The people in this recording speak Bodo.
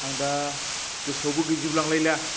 आं दा गोसोयावबो गैजोब लांलायला